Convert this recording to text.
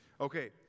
Okay